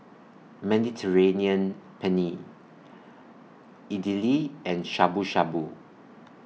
Mediterranean Penne Idili and Shabu Shabu